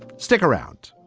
stick around